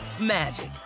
magic